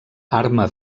arma